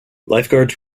lifeguards